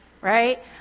right